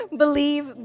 believe